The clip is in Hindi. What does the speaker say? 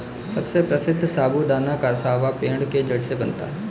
सबसे प्रसिद्ध साबूदाना कसावा पेड़ के जड़ से बनता है